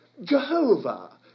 Jehovah